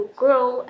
grow